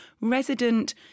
resident